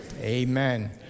Amen